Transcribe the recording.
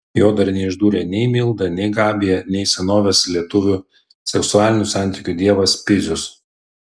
jo dar neišdūrė nei milda nei gabija nei senovės lietuvių seksualinių santykių dievas pizius